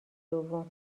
دوم